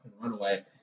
runaway